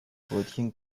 brötchen